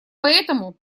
поэтому